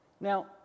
Now